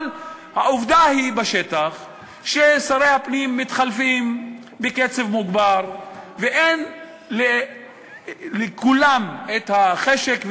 אבל העובדה בשטח היא ששרי הפנים מתחלפים בקצב מוגבר ואין לכולם חשק,